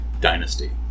dynasty